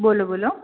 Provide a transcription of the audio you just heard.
બોલો બોલો